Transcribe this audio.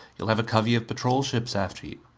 you'll have a covey of patrol ships after you.